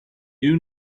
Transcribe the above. you